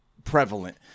prevalent